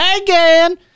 again